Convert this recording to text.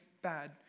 bad